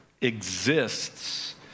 exists